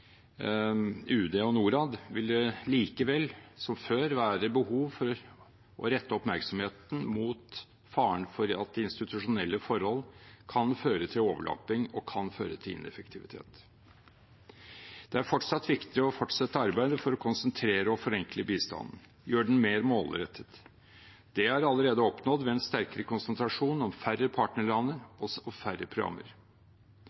UD og Norad, vil det likevel som før være behov for å rette oppmerksomheten mot faren for at institusjonelle forhold kan føre til overlapping og til ineffektivitet. Det er fortsatt viktig å fortsette arbeidet for å konsentrere og forenkle bistanden og gjøre den mer målrettet. Det er allerede oppnådd ved en sterkere konsentrasjon om færre